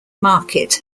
market